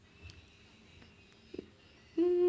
mm